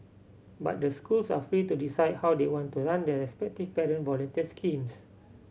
but the schools are free to decide how they want to run their respective parent volunteer schemes